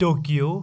Tokyo